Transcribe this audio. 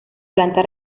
planta